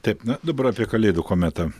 taip na dabar apie kalėdų kometą